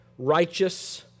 righteous